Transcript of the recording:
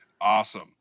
awesome